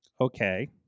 Okay